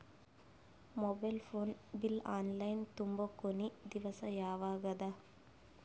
Mobile phone bill online ತುಂಬೊ ಕೊನಿ ದಿವಸ ಯಾವಗದ?